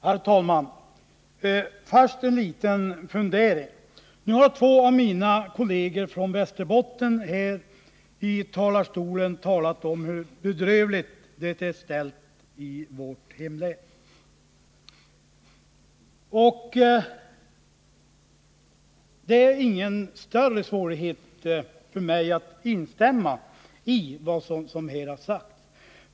Herr talman! Först har jag en liten fundering. Nu har två av mina kolleger från Västerbotten i talarstolen talat om hur bedrövligt det är ställt i vårt hemlän. Det är ingen större svårighet för mig att instämma i vad som har sagts.